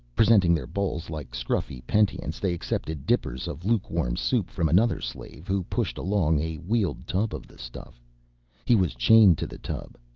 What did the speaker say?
presenting their bowls like scruffy penitents they accepted dippers of lukewarm soup from another slave who pushed along a wheeled tub of the stuff he was chained to the tub.